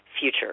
future